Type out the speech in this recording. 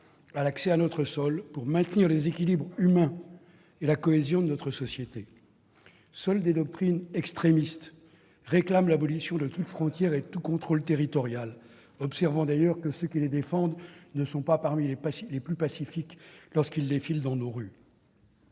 à l'accès à notre sol, pour maintenir les équilibres humains et la cohésion de notre société. Seules des doctrines extrémistes réclament l'abolition de toute frontière et tout contrôle territorial, étant observé, d'ailleurs, que ceux qui les défendent ne sont pas parmi les plus pacifiques lorsqu'ils défilent dans nos rues.